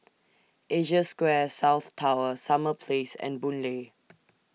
Asia Square South Tower Summer Place and Boon Lay